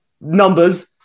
numbers